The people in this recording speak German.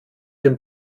dem